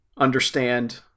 understand